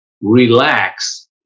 relax